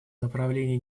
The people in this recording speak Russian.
направлении